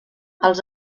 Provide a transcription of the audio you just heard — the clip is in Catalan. els